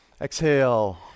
exhale